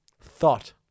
Thought